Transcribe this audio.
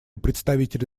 представителя